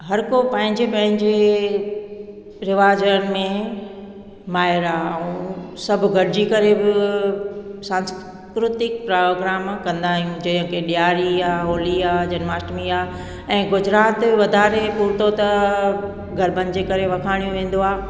हर को पंहिंजे पंहिंजे रिवाज में माइरा ऐं सभु गॾिजी करे बि सांस्कृतिक प्रोग्राम कंदा आहियूं जीअं की ॾियारी आहे होली आहे जनमाष्टमी आहे ऐं गुजरात वधारे पुठितो त गरबनि जे करे वखाणे वेंदो आहे